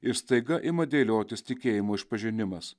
ir staiga ima dėliotis tikėjimo išpažinimas